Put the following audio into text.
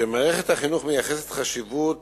שמערכת החינוך מייחסת חשיבות